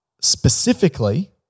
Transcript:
specifically